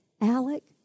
Alec